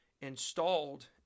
installed